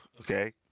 okay